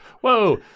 whoa